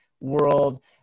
world